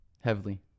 Heavily